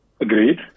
Agreed